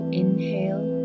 inhale